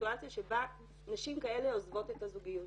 הסיטואציה שבה נשים כאלה עוזבות את הזוגיות.